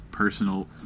personal